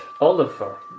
Oliver